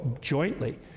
jointly